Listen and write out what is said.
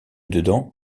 dedans